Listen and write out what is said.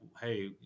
hey